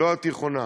לא התיכונה.